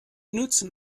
nützen